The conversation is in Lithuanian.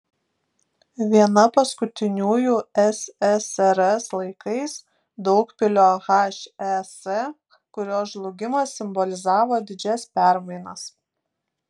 viena paskutiniųjų ssrs laikais daugpilio hes kurios žlugimas simbolizavo didžias permainas